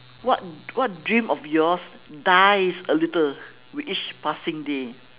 what what dream of yours dies a little with each passing day